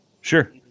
Sure